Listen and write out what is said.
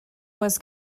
was